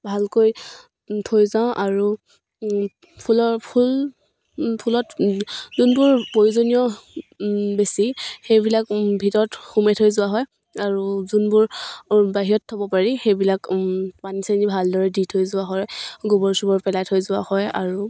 ভালকৈ থৈ যাওঁ আৰু ফুলৰ ফুল ফুলত যোনবোৰ প্ৰয়োজনীয় বেছি সেইবিলাক ভিতৰত সোমোৱাই থৈ যোৱা হয় আৰু যোনবোৰ বাহিৰত থ'ব পাৰি সেইবিলাক পানী চানি ভালদৰে দি থৈ যোৱা হয় গোবৰ চোবৰ পেলাই থৈ যোৱা হয় আৰু